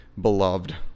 beloved